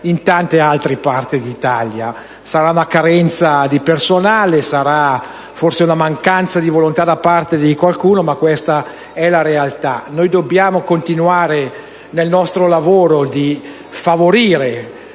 in tante altre parti del Paese. Sarà la carenza di personale, sarà forse la mancanza di volontà da parte di qualcuno, ma questa è la realtà. Dobbiamo continuare nel nostro lavoro di favorire